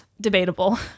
Debatable